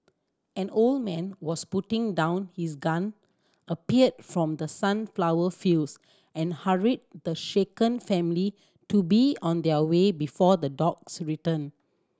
an old man was putting down his gun appeared from the sunflower fields and hurried the shaken family to be on their way before the dogs return